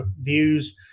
views